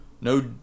no